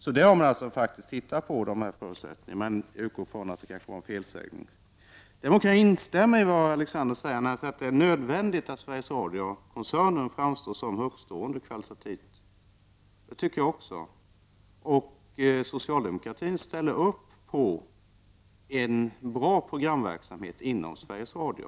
Så man har faktiskt sett på de olika förutsättningarna, men jag utgår ifrån att Alexander Chrisopoulos kan ha gjort sig skyldig till en felsägning. Sedan kan jag instämma i vad Alexander Chrisopoulos sade om nödvändigheten av att Sveriges Radio-koncernen har kvalitativt högtstående program. Socialdemokratin ställer upp på en bra programverksamhet inom Sveriges Radio.